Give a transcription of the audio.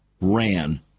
ran